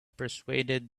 persuaded